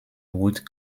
wood